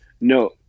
no